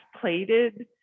plated